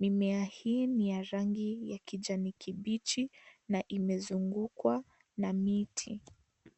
Mimea hii ni ya rangi ya kijani kibichi na imezungukwa na miti.